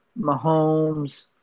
Mahomes